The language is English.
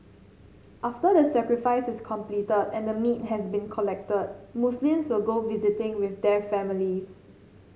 after the sacrifice is completed and the meat has been collected Muslims will go visiting with their families